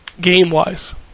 Game-wise